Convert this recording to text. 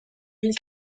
mille